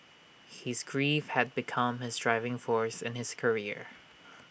his grief had become his driving force in his career